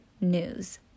news